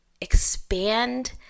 expand